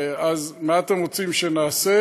ואז מה אתם רוצים שנעשה,